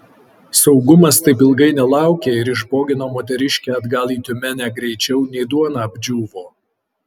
saugumas taip ilgai nelaukė ir išbogino moteriškę atgal į tiumenę greičiau nei duona apdžiūvo